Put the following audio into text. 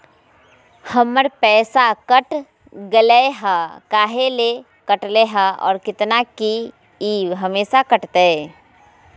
हमर पैसा कट गेलै हैं, काहे ले काटले है और कितना, की ई हमेसा कटतय?